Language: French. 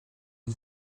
une